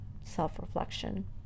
self-reflection